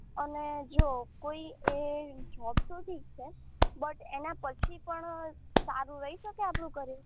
અને જો કોઈ એ જૉબ તો ઠીક છે બટ એનાં પછી પણ સારું રહી શકે આપણું કરિયર